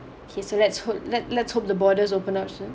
okay so let's let let's hope the borders open up soon